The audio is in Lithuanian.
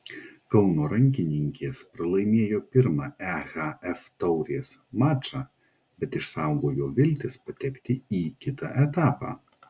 kauno rankininkės pralaimėjo pirmą ehf taurės mačą bet išsaugojo viltis patekti į kitą etapą